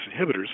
inhibitors